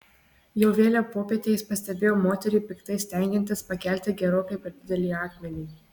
jau vėlią popietę jis pastebėjo moterį piktai stengiantis pakelti gerokai per didelį akmenį